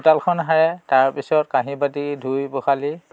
চোতালখন সাৰে তাৰ পিছত কাঁহী বাতি ধুই পখালি